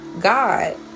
God